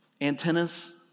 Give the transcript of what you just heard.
antennas